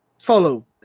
follow